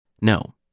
No